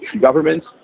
governments